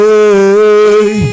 Hey